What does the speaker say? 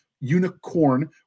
unicorn